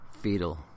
fetal